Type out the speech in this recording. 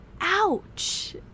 Ouch